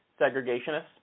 segregationists